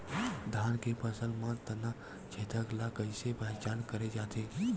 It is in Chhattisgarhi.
धान के फसल म तना छेदक ल कइसे पहचान करे जाथे?